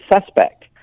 suspect